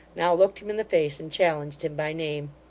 now looked him in the face, and challenged him by name.